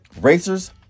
Racers